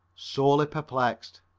sorely perplexed.